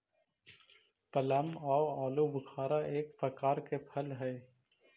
plum आउ आलूबुखारा एक प्रकार के फल हई